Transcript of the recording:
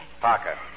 Parker